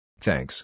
Thanks